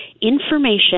Information